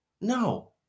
No